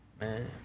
man